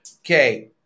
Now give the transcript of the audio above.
Okay